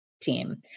team